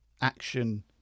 action